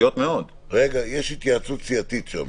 בינתיים